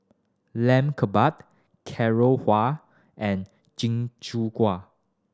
Lamb Kebab Carrot Halwa and